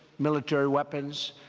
military weapons.